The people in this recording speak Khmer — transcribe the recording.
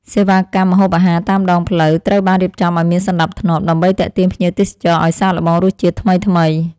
សេវាកម្មម្ហូបអាហារតាមដងផ្លូវត្រូវបានរៀបចំឱ្យមានសណ្តាប់ធ្នាប់ ដើម្បីទាក់ទាញភ្ញៀវទេសចរឱ្យសាកល្បងរសជាតិថ្មីៗ។